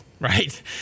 right